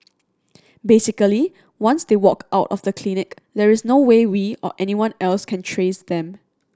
basically once they walk out of the clinic there is no way we or anyone else can trace them